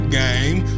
game